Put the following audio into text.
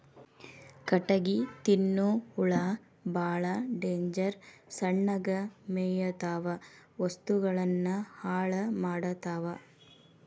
ಕಟಗಿ ತಿನ್ನು ಹುಳಾ ಬಾಳ ಡೇಂಜರ್ ಸಣ್ಣಗ ಮೇಯತಾವ ವಸ್ತುಗಳನ್ನ ಹಾಳ ಮಾಡತಾವ